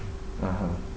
(uh huh)